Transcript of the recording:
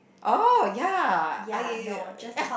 oh ya I